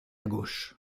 gauche